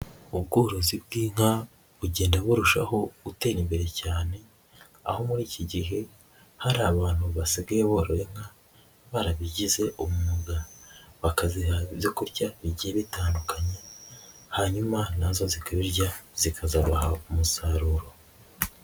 Ubworozi bw'inka bugenda burushaho gutera imbere cyane, aho muri iki gihe hari abantu basigaye borora inka barabigize umwuga, bakaziha ibyo kurya bigiye bitandukanye hanyuma na zo zikabirya zikazaba umusaruro.